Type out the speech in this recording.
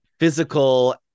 physical